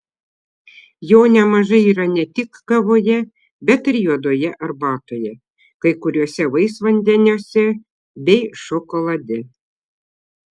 jo nemažai yra ne tik kavoje bet ir juodoje arbatoje kai kuriuose vaisvandeniuose bei šokolade